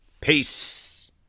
Peace